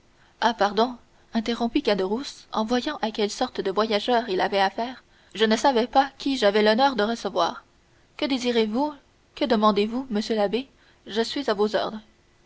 ah pardon interrompit caderousse en voyant à quelle sorte de voyageur il avait affaire je ne savais pas qui j'avais l'honneur de recevoir que désirez-vous que demandez-vous monsieur l'abbé je suis à vos ordres